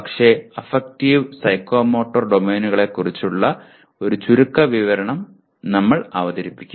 പക്ഷേ affective psychomotor ഡൊമെയ്നുകളെക്കുറിച്ചുള്ള ഒരു ചുരുക്കവിവരണം ഞങ്ങൾ അവതരിപ്പിക്കും